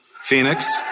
Phoenix